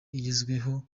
igezweho